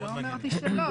אני לא אמרתי שלא,